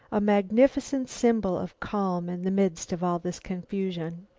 a magnificent symbol of calm in the midst of all this confusion.